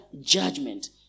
judgment